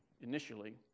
initially